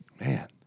man